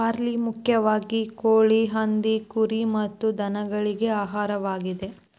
barley ಮುಖ್ಯವಾಗಿ ಕೋಳಿ, ಹಂದಿ, ಕುರಿ ಮತ್ತ ದನಗಳಿಗೆ ಆಹಾರವಾಗಿದೆ